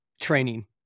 training